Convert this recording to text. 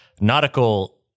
nautical